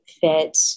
fit